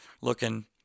looking